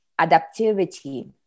adaptivity